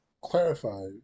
clarify